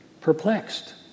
Perplexed